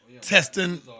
testing